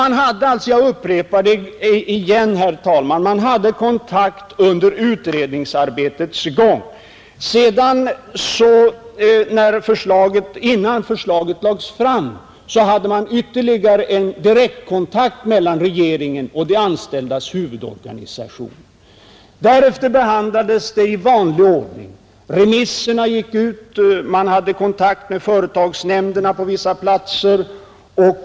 Man hade alltså — jag upprepar det igen, herr talman — kontakt redan under utredningsarbetets gång. Vidare hade man innan förslaget lades fram ytterligare en direktkontakt mellan regeringen och de anställdas huvudorganisationer. Därefter behandlades ärendet i vanlig ordning. Remisserna gick ut. Kontakt togs med företagsnämnderna vid utarbetningen av remissvaren hos vissa myndigheter.